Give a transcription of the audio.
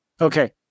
Okay